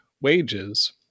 wages